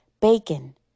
Bacon